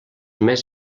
més